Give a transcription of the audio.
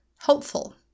hopeful